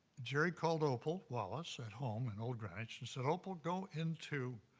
jerry called opal wallace at home in old greenwich and said, opal, go into